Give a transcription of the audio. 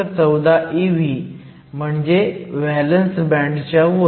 14 eV म्हणजे valence band च्या वर